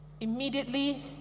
Immediately